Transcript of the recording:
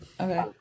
Okay